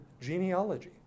genealogy